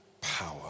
power